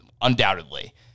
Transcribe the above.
undoubtedly